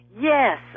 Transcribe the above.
Yes